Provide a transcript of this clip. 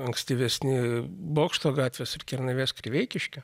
ankstyvesni bokšto gatvės ir kernavės kriveikiškio